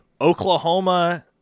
Oklahoma